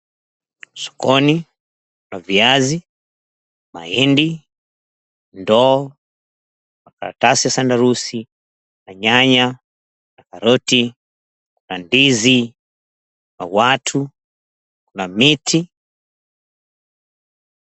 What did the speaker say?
Jukwani la viazi , mahindi, ndoo, makaratasi , sandarusi, na nyanya , na karoti, na ndizi, na watu na miti.